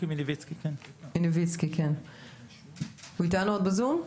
הוא אתנו עוד בזום?